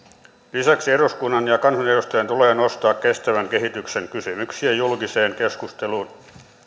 lisäksi eduskunnan ja kansanedustajien tulee nostaa kestävän kehityksen kysymyksiä julkiseen keskusteluun